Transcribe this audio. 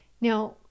Now